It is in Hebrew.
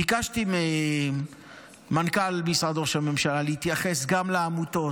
ביקשתי ממנכ"ל משרד ראש הממשלה להתייחס גם לעמותות,